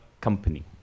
company